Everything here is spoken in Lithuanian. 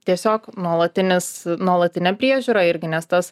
tiesiog nuolatinis nuolatinė priežiūra irgi nes tas